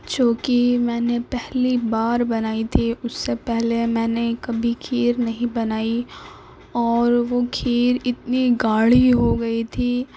جوکہ میں نے پہلی بار بنائی تھی اس سے پہلے میں نے کبھی کھیر نہیں بنائی اور وہ کھیر اتنی گاڑھی ہو گئی تھی